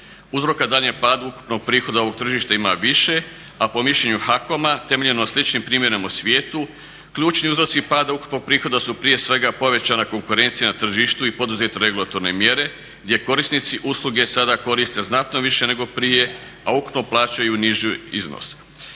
Uzroka daljnjem padu ukupnog prihoda ovog tržišta ima više, a po mišljenju HAKOM-a temeljem sličnim primjerima u svijetu ključni uzroci pada ukupnog prihoda su prije svega povećana konkurencija na tržištu i poduzete regulatorne mjere gdje korisnici usluge sada koriste znatno više nego prije a ukupno plaćaju niži iznos